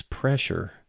pressure